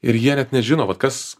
ir jie net nežino vat kas